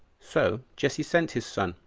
so jesse sent his son,